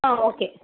ஆ okay